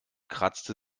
kratzte